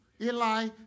Eli